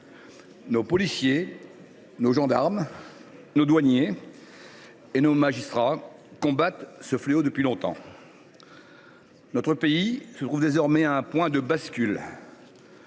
Nos policiers, nos gendarmes, nos douaniers et nos magistrats combattent ce fléau depuis longtemps. Notre pays se trouve désormais à un point de bascule.